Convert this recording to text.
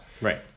Right